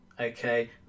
okay